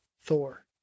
Thor